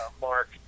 mark